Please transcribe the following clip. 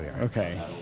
Okay